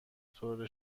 طور